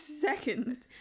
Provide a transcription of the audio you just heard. Second